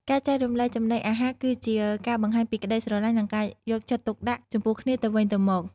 ការចែករំលែកចំណីអាហារគឺជាការបង្ហាញពីក្តីស្រឡាញ់និងការយកចិត្តទុកដាក់ចំពោះគ្នាទៅវិញទៅមក។